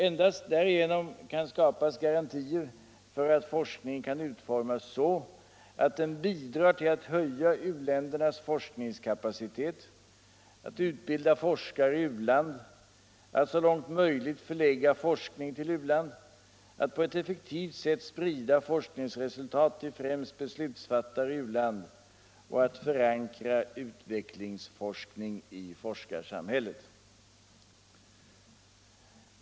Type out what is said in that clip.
Endast därigenom kan skapas garantier för att forskningen kan utformas så att den bidrar till att höja u-ländernas forskningskapacitet att utbilda forskare i u-land att så långt möjligt förlägga forskning till u-land att på ett effektivt sätt sprida forskningsresultat till främst beslutsfattare i u-land att förankra utvecklingsforskning i forskarsamhället.